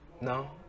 No